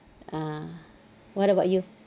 ah what about you